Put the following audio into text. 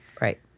Right